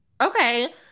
okay